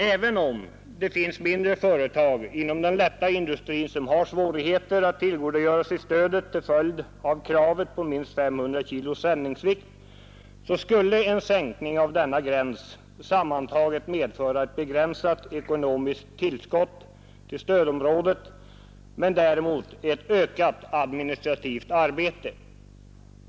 Även om det finns mindre företag inom den lätta industrin som till följd av kravet på minst 500 kg sändningsvikt har svårigheter att tillgodogöra sig stödet, skulle en sänkning av denna gräns sammantaget medföra ett begränsat ekonomiskt tillskott till stödområdet men däremot ett ökat administrativt arbete.